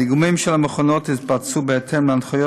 הדיגומים של המכונות התבצעו בהתאם להנחיות